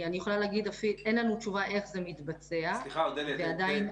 אין לנו תשובה איך זה מתבצע --- אם את